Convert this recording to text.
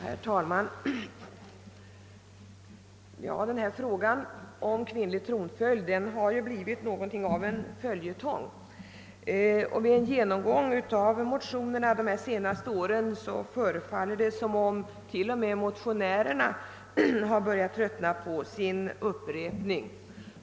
Herr talman! Frågan om kvinnlig tronföljd har blivit något av en följetong. Vid en genomgång av de senaste årens motioner förefaller det som om t.o.m. motionärerna har börjat tröttna på sin upprepning.